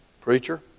Preacher